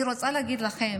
אני רוצה להגיד לכם